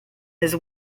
his